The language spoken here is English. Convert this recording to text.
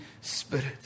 Spirit